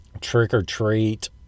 trick-or-treat